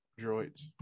droids